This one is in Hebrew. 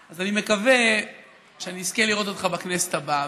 אז אני מקווה שאני אזכה לראות אותך בכנסת הבאה.